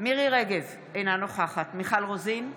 מירי מרים רגב, אינה נוכחת מיכל רוזין,